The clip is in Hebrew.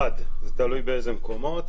עד, זה תלוי באיזה מקומות.